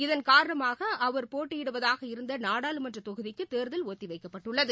இதன் காரணமாக அவர் போட்டியிடுவதாக இருந்த நாடாளுமன்றத் தொகுதிக்கு தேர்தல் ஒத்தி வைக்கப்பட்டுள்ளது